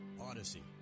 Odyssey